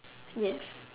yes